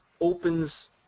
opens